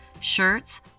shirts